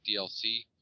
DLC